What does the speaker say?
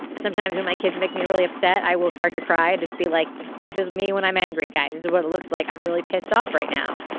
sometimes when my kids make me really upset i will start to cry. just be like this is me when i'm angry guys is what it looks like i'm really pissed off right now.